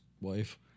wife